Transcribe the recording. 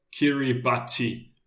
Kiribati